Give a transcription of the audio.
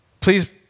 please